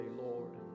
Lord